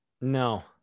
No